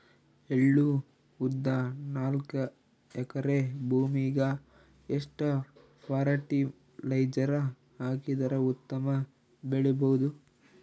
ಎಳ್ಳು, ಉದ್ದ ನಾಲ್ಕಎಕರೆ ಭೂಮಿಗ ಎಷ್ಟ ಫರಟಿಲೈಜರ ಹಾಕಿದರ ಉತ್ತಮ ಬೆಳಿ ಬಹುದು?